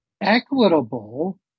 equitable